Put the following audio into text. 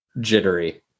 jittery